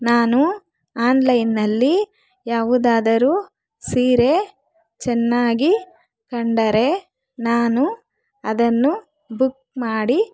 ನಾನು ಆನ್ಲೈನ್ನಲ್ಲಿ ಯಾವುದಾದರು ಸೀರೆ ಚೆನ್ನಾಗಿ ಕಂಡರೆ ನಾನು ಅದನ್ನು ಬುಕ್ ಮಾಡಿ